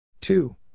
two